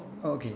oh okay